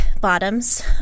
bottoms